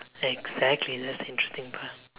exactly that's the interesting part